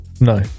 No